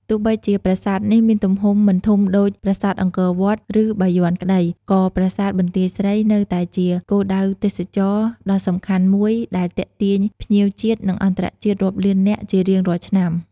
ទោះបីជាប្រាសាទនេះមានទំហំមិនធំដូចប្រាសាទអង្គរវត្ត ឬបាយ័នក្ដី ក៏ប្រាសាទបន្ទាយស្រីនៅតែជាគោលដៅទេសចរណ៍ដ៏សំខាន់មួយដែលទាក់ទាញភ្ញៀវជាតិ និងអន្តរជាតិរាប់លាននាក់ជារៀងរាល់ឆ្នាំ។